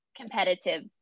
competitive